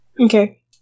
Okay